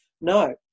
No